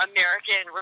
American